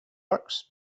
works